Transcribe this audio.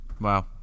Wow